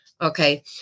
Okay